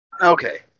Okay